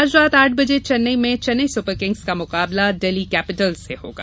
आज रात आठ बजे चेन्नई में चेन्नई सुपर किंग्स का मुकाबला डेल्हीम कैपिटल्स से होगा